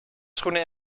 schoenen